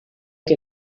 que